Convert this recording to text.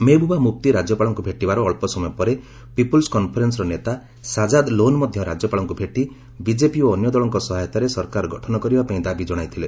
ମେହେବୁବା ମୁଫ୍ତି ରାଜ୍ୟପାଳଙ୍କୁ ଭେଟିବାର ଅଳ୍ପ ସମୟ ପରେ ପିପୁଲ୍ସ କନ୍ଫରେନ୍ଦର ନେତା ସାଜାଦ୍ ଲୋନ୍ ମଧ୍ୟ ରାଜ୍ୟପାଳଙ୍କୁ ଭେଟି ବିଜେପି ଓ ଅନ୍ୟ ଦଳଙ୍କ ସହାୟତାରେ ସରକାର ଗଠନ କରିବା ପାଇଁ ଦାବି ଜଣାଇଥିଲେ